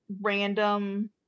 random